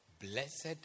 Blessed